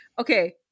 okay